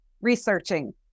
researching